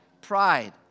pride